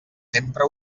sempre